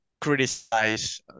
criticize